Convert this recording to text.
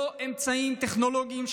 ללא אמצעים טכנולוגיים,